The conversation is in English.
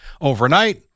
overnight